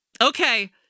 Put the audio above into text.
Okay